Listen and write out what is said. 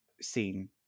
scene